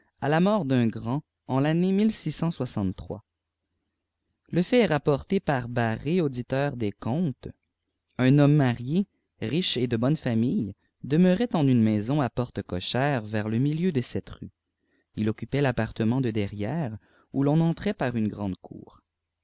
à la mort d'un grand en le fait est rapporté par barré auditeur des comptes un homme marié riche et de bonne famille demeurait en une maison à porte cochère vers le milieu de cette rue il occupait l'appartement de derrière où l'on entrait par une grande cour